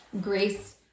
grace